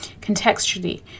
Contextually